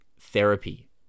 therapy